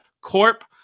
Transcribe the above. Corp